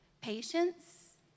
patience